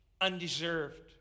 undeserved